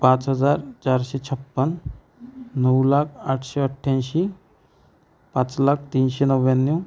पाच हजार चारशे छप्पन्न नऊ लाख आठशे अठ्ठ्याऐंशी पाच लाख तीनशे नव्याण्णव